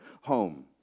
home